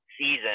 season